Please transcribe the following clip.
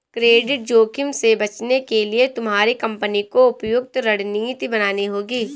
credit जोखिम से बचने के लिए तुम्हारी कंपनी को उपयुक्त रणनीति बनानी होगी